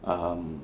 um